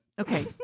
okay